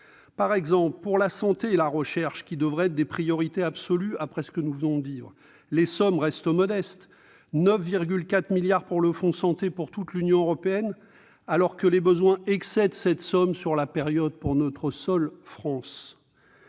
Par exemple, pour la santé et la recherche, qui devraient être des priorités absolues après ce que nous venons de vivre, les sommes restent modestes : le fonds Santé est doté de 9,4 milliards d'euros pour toute l'Union européenne, alors que les besoins excèdent cette somme sur la période pour notre seul pays.